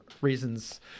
reasons